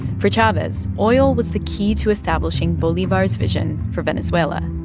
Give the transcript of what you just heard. for chavez, oil was the key to establishing bolivar's vision for venezuela.